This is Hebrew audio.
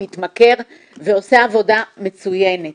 מתמכר ועושה עבודה מצוינת.